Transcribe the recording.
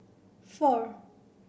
four